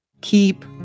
Keep